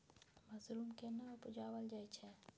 Mushroom केना उबजाबल जाय छै?